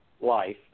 life